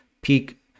peak